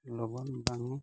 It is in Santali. ᱞᱚᱜᱚᱱ ᱵᱟᱝ